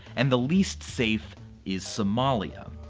and the least safe is somalia.